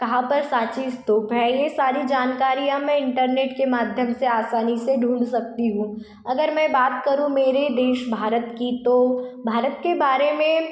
कहाँ पर सांची स्तूप है यह सारी जानकारियाँ मैं इंटरनेट की माध्यम से आसानी से ढूंढ सकती हूँ अगर मैं बात करूँ मेरे देश भारत की तो भारत के बारे में